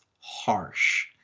harsh